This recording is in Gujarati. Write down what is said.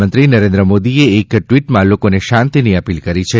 પ્રધાનમંત્રી શ્રી નરેન્દ્ર મોદીએ એક ટ્વીટમાં લોકોને શાંતિની અપીલ કરી છે